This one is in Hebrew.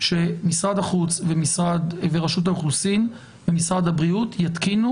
שמשרד החוץ ורשות האוכלוסין ומשרד הבריאות יתקינו